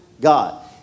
God